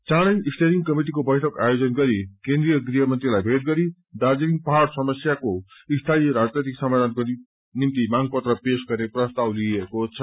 चाँडै स्टेयरिङ कमिटिको बैठक आयोनि गरि केन्द्रिय गृहमंत्रीलाई भेटगरि दार्जीलिङ पाहाङको समस्यको स्थायी राजनैतिक समाधानको निम्ति मांग पत्र पेश गर्ने प्रस्ताव लिएको छ